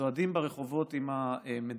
וצועדים ברחובות עם המדליות.